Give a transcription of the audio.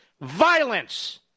violence